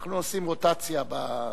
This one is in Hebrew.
אנחנו עושים רוטציה במקומות.